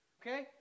Okay